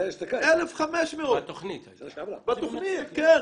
בתוכנית, כן.